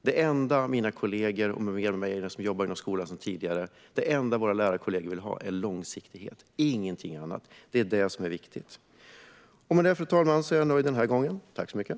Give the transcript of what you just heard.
Det enda våra lärarkollegor och de som jobbar inom skolan sedan tidigare vill ha är långsiktighet och ingenting annat. Det är vad som är viktigt. Fru talman! Med det är jag nöjd för den här gången.